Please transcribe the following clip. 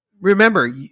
remember